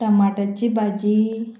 टमाटाची भाजी